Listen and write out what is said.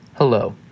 Hello